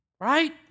right